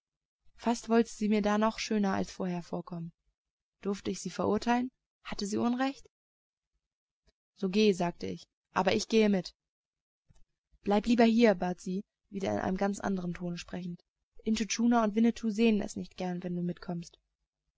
fast wollte sie mir da noch schöner als vorher vorkommen durfte ich sie verurteilen hatte sie unrecht so geh sagte ich aber ich gehe mit bleib lieber hier bat sie wieder in einem ganz andern tone sprechend intschu tschuna und winnetou sehen es nicht gern wenn du mitkommst